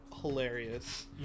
hilarious